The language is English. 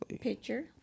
picture